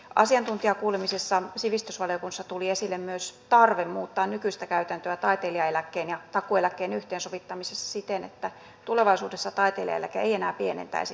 asiantuntijakuulemisessa sivistysvaliokunnassa tuli esille myös tarve muuttaa nykyistä käytäntöä taitelijaeläkkeen ja takuueläkkeen yhteensovittamisessa siten että tulevaisuudessa taiteilijaeläke ei enää pienentäisi takuueläkettä